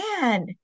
man